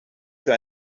für